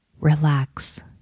Relax